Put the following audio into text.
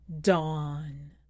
Dawn